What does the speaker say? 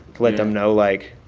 to let them know, like,